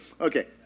Okay